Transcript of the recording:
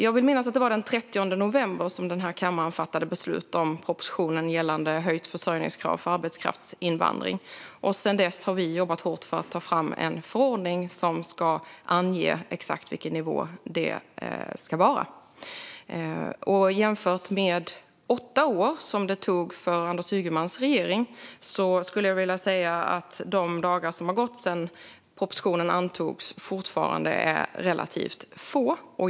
Jag vill minnas att det var den 30 november som denna kammare fattade beslut om propositionen om höjt försörjningskrav för arbetskraftsinvandring. Sedan dess har vi jobbat hårt för att ta fram en förordning som ska ange exakt vilken nivå det ska vara. Jämfört med de åtta år som det tog för Anders Ygemans regering skulle jag vilja säga att de dagar som har gått sedan propositionen antogs fortfarande är relativt få.